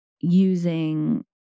using